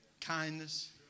kindness